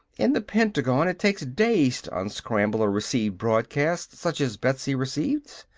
in the pentagon it takes days to unscramble a received broadcast such as betsy receives!